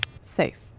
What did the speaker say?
Safe